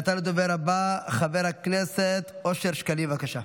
ועתה לדובר הבא, חבר הכנסת אושר שקלים, בבקשה.